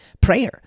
Prayer